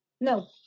No